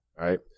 right